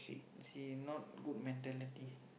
as in not good mentality